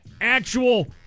actual